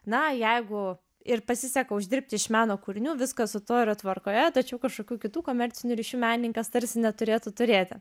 na jeigu ir pasiseka uždirbti iš meno kūrinių viskas su tuo yra tvarkoje tačiau kažkokių kitų komercinių ryšių menininkas tarsi neturėtų turėti